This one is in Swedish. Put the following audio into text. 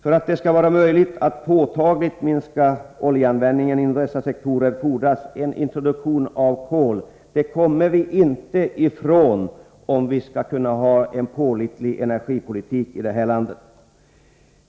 För att det skall vara möjligt att påtagligt minska oljeanvändningen inom dessa sektorer fordras en introduktion av kol; det kommer vi inte ifrån om vi vill ha en pålitlig energipolitik här i landet.